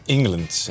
England